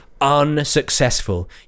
unsuccessful